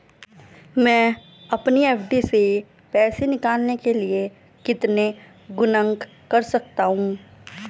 मैं अपनी एफ.डी से पैसे निकालने के लिए कितने गुणक कर सकता हूँ?